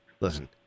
listen